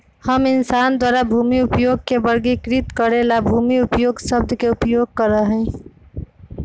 हम इंसान द्वारा भूमि उपयोग के वर्गीकृत करे ला भूमि उपयोग शब्द के उपयोग करा हई